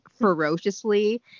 ferociously